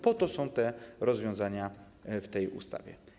Po to są te rozwiązania w tej ustawie.